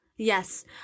Yes